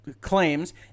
claims